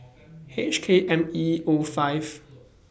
H K M E O five